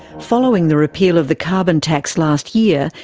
following the repeal of the carbon tax last year,